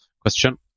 question